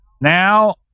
now